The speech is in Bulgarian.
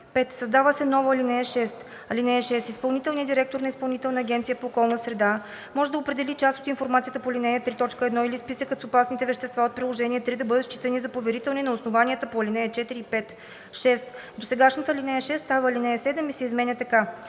5. Създава се нова ал. 6: „(6) Изпълнителният директор на Изпълнителната агенция по околна среда може да определи част от информацията по ал. 3, т. 1 или списъкът с опасните вещества от приложение № 3 да бъдат считани за поверителни на основанията по ал. 4 и 5.“ 6. Досегашната ал. 6 става ал. 7 и се изменя така: